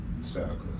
circles